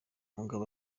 mugabo